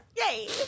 Yay